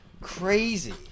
crazy